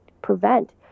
prevent